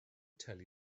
tell